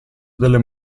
delle